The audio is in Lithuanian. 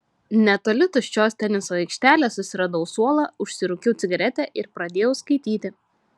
netoli tuščios teniso aikštelės susiradau suolą užsirūkiau cigaretę ir pradėjau skaityti